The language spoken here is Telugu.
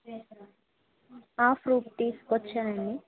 ప్రూఫ్ తీసుకొచ్చానండి